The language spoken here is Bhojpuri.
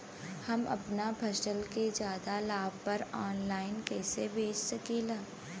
हम अपना फसल के ज्यादा लाभ पर ऑनलाइन कइसे बेच सकीला?